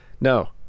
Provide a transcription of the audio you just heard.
No